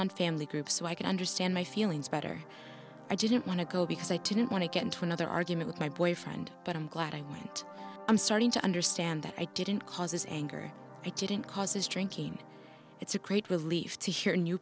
anon family groups so i could understand my feelings better i didn't want to go because i didn't want to get into another argument with my boyfriend but i'm glad i went i'm starting to understand that i didn't cause his anger it didn't cause his drinking it's a great relief to hear a new